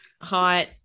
hot